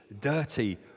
dirty